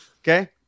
okay